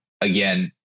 again